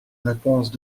réponse